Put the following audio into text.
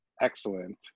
excellent